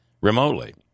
remotely